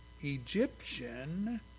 Egyptian